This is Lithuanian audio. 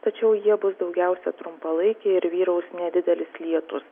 tačiau jie bus daugiausia trumpalaikiai ir vyraus nedidelis lietus